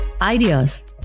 ideas